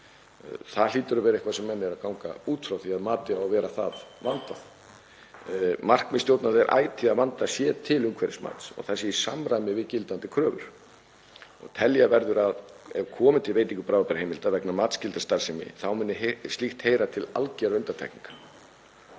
Það hlýtur að vera eitthvað sem menn eru að ganga út frá, því að matið á að vera það vandað. Markmið stjórnvalda er ætíð að vandað sé til umhverfismats og það sé í samræmi við gildandi kröfur. Telja verður að ef komi til veitingar bráðabirgðaheimildar vegna matsskyldrar starfsemi þá muni slíkt heyra til algerra undantekninga.